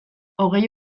hogei